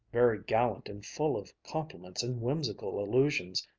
very gallant and full of compliments and whimsical allusions,